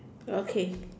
okay